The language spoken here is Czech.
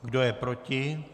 Kdo je proti?